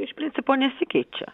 iš principo nesikeičia